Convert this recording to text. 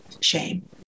shame